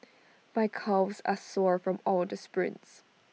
my calves are sore from all the sprints